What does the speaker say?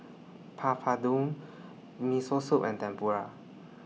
Papadum Miso Soup and Tempura